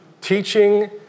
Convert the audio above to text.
teaching